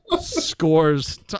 scores